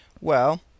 Well